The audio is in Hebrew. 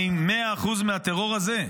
100% מהטרור הזה.